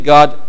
God